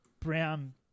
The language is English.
brown